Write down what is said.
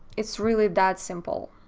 it's really that simple!